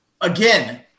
Again